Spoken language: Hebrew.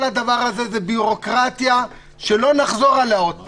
כל הדבר הזה זה ביורוקרטיה שלא נחזור עליה עוד פעם.